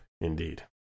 Indeed